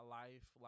life